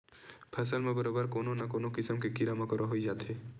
फसल म बरोबर कोनो न कोनो किसम के कीरा मकोरा होई जाथे